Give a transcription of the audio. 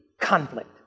conflict